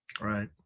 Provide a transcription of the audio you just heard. Right